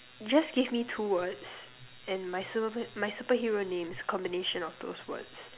just give me two words and my super my superhero name is a combination of those words